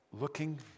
looking